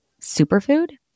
superfood